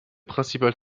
principales